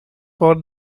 for